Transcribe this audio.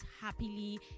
happily